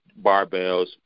barbells